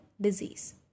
disease